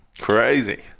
Crazy